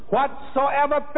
Whatsoever